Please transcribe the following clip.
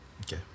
Okay